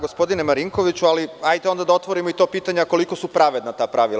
Gospodine Marinkoviću, ali hajde onda da otvorimo i to pitanje koliko su pravedna ta pravila.